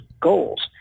goals